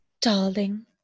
darling